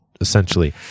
essentially